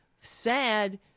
sad